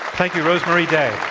thank you, rosemarie day.